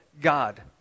God